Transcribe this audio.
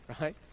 right